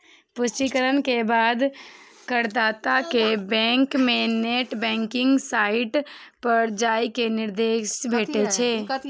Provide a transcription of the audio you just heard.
पुष्टिकरण के बाद करदाता कें बैंक के नेट बैंकिंग साइट पर जाइ के निर्देश भेटै छै